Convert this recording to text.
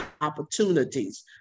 opportunities